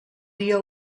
dia